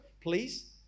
please